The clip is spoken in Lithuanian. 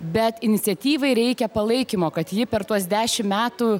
bet iniciatyvai reikia palaikymo kad ji per tuos dešim metų